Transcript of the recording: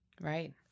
Right